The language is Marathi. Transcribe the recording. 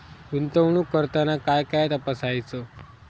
गुंतवणूक करताना काय काय तपासायच?